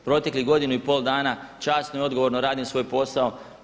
Proteklih godinu i pol dana časno i odgovorno radim svoj posao.